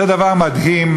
זה דבר מדהים.